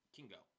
Kingo